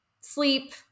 sleep